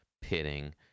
pitting